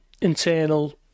internal